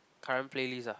current playlist ah